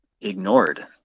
ignored